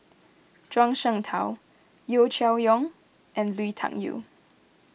Zhuang Shengtao Yeo Cheow Tong and Lui Tuck Yew